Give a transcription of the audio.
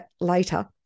later